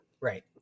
Right